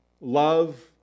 love